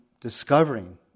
discovering